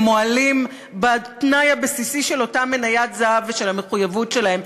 מועלים בתנאי הבסיסי של אותה מניית זהב ושל המחויבות שלהם.